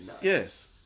Yes